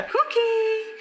Cookie